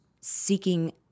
seeking